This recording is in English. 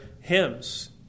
hymns